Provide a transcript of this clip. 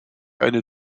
eine